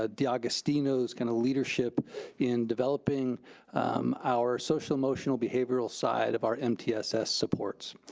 ah d'agostino's kind of leadership in developing our social emotional behavioral side of our mtss supports.